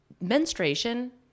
menstruation